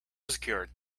secured